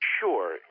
Sure